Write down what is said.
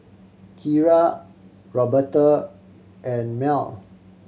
Keira Roberta and Mell